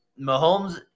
Mahomes